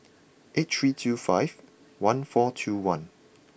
eight three two five one four two one